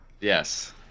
Yes